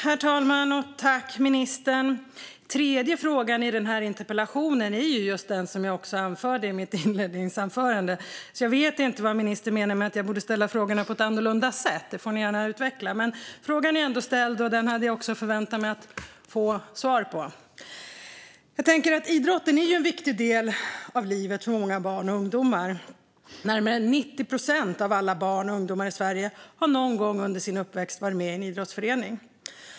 Herr talman! Tack, ministern! Den tredje frågan i interpellationen är just den som jag anförde i mitt inledningsanförande. Jag vet inte vad ministern menar med att jag borde ställa frågorna på ett annorlunda sätt. Det får ni gärna utveckla. Men frågan är ändå ställd, och den hade jag förväntat mig att få svar på. Idrotten är en viktig del av livet för många barn och ungdomar. Närmare 90 procent av alla barn och ungdomar i Sverige har någon gång under sin uppväxt varit med i en idrottsförening.